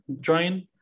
join